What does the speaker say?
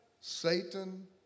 Satan